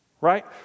Right